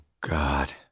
God